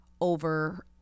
over